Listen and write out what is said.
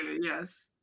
Yes